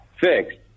fixed